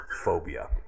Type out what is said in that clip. phobia